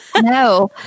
No